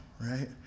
right